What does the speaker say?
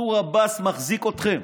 מנסור עבאס מחזיק אתכם.